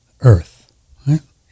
Earth